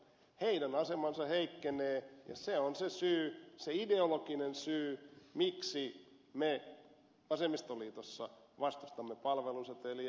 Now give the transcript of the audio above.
heidän asemansa heikkenee ja se on se syy se ideologinen syy miksi me vasemmistoliitossa vastustamme palveluseteliä